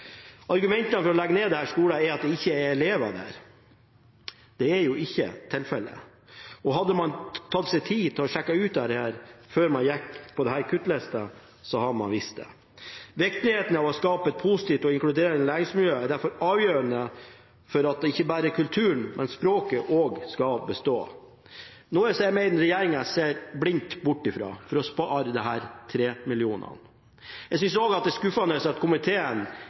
for å legge ned skolen er at det ikke er elever der. Det er jo ikke tilfellet. Hadde man tatt seg tid til å sjekke ut dette før man gikk på kuttlista, hadde man visst det. Viktigheten av å skape et positivt og inkluderende læringsmiljø er derfor avgjørende for at ikke bare kulturen, men også språket skal bestå, noe jeg mener regjeringen ser blindt bort fra for å spare 3,3 mill. kr. Jeg synes også det er skuffende at komiteen